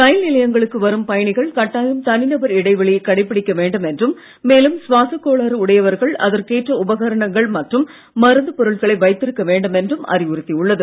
ரயில் நிலையங்களுக்கு வரும் பயணிகள் கட்டாயம் தனிநபர் இடைவெளியை கடைபிடிக்க வேண்டும் என்றும் மேலும் சுவாசக் கோளாறு உடையவர்கள் அதற்கேற்ற உபகரணங்கள் மற்றும் மருந்துப் பொருட்களை வைத்திருக்க வேண்டும் என்றும் அறிவுறுத்தி உள்ளது